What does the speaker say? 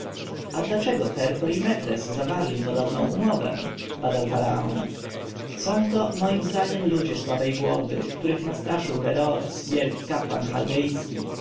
a dlaczego herhor i mefres zawarli podobną umowę badał faraon są to mojem zdaniem ludzie słabej głowy których nastraszył beroes wielki kapłan